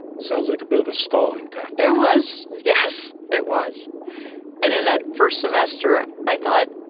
sounds like a bit of a stalling tactic. it was. yes, it was. and in that first semester, i thought,